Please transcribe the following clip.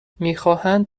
میخواهند